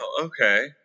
Okay